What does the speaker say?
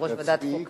יושב-ראש ועדת החוקה,